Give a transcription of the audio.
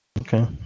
Okay